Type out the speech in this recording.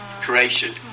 creation